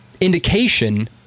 indication